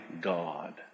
God